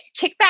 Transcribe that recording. kickback